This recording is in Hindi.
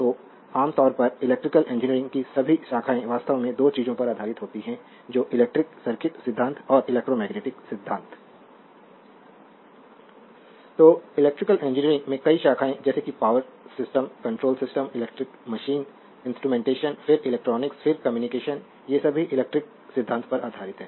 तो आम तौर पर इलेक्ट्रिकल इंजीनियरिंग की सभी शाखाएं वास्तव में दो चीजों पर आधारित होती हैं जो इलेक्ट्रिक सर्किट सिद्धांत और इलेक्ट्रोमैग्नेटिक सिद्धांत स्लाइड समय देखें 0203 तो इलेक्ट्रिकल इंजीनियरिंग में कई शाखाएं जैसे कि power system control system electric machine instrumentation फिर इलेक्ट्रॉनिक्स फिर कम्युनिकेशन ये सभी इलेक्ट्रिक सिद्धांत पर आधारित हैं